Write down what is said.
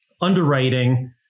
underwriting